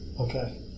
Okay